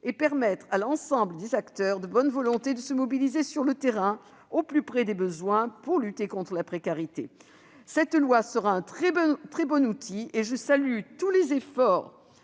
et permettre à l'ensemble des acteurs de bonne volonté de se mobiliser sur le terrain, au plus près des besoins, pour lutter contre la précarité. Cette loi sera un très bon outil. Je salue tous les efforts